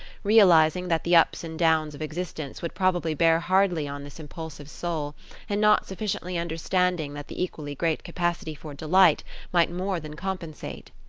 realizing that the ups and downs of existence would probably bear hardly on this impulsive soul and not sufficiently understanding that the equally great capacity for delight might more than compensate.